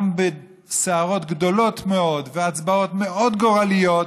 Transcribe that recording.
גם בסערות גדולות מאוד והצבעות מאוד גורליות,